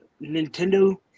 Nintendo